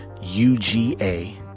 U-G-A